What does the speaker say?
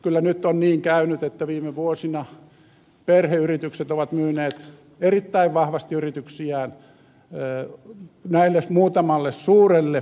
kyllä nyt on niin käynyt että viime vuosina perheyritykset ovat myyneet erittäin vahvasti yrityksiään näille muutamalle suurelle